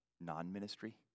non-ministry